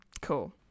Cool